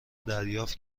دریافت